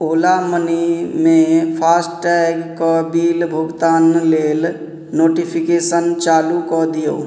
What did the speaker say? ओला money मे फास्टैगके bill भुगतान लेल नोटिफिकेशन चालू कऽ दियौ